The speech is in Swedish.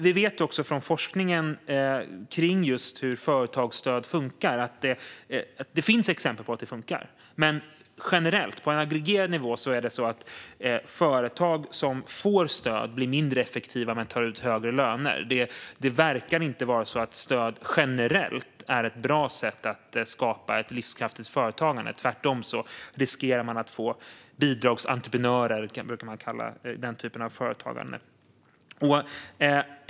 Vi vet från forskningen om hur företagsstöd funkar att det finns exempel på att det funkar. Men generellt, på en aggregerad nivå, blir företag som får stöd mindre effektiva men tar ut högre löner. Det verkar inte vara så att stöd generellt är ett bra sätt att skapa ett livskraftigt företagande. Tvärtom riskerar man att få den typ av företagande som man brukar kalla för bidragsentreprenörer.